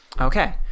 Okay